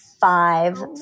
five